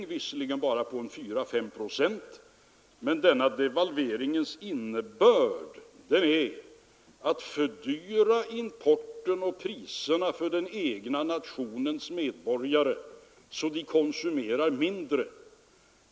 Den var visserligen bara 4 å 5 procent, men den innebar att man fördyrade importen och höjde priserna för den egna nationens medborgare, så att de konsumerade mindre.